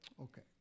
Okay